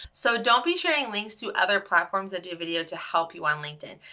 so don't be sharing links to other platforms that do video to help you on linkedin.